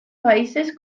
países